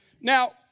Now